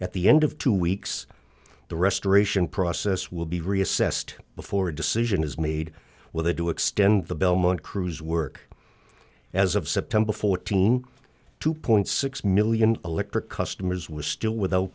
at the end of two weeks the restoration process will be reassessed before a decision is made whether to extend the belmont crews work as of september fourteenth two point six million electric customers was still without